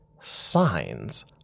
signs